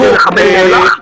על ידי מחבל נאלח.